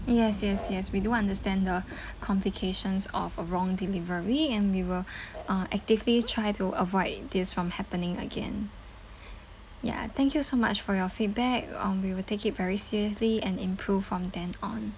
yes yes yes we do understand the complications of a wrong delivery and we will uh actively try to avoid this from happening again ya thank you so much for your feedback um we will take it very seriously and improve from then on